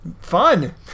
Fun